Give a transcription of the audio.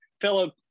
fellow